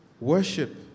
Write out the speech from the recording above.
Worship